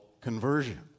conversion